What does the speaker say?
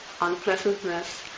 unpleasantness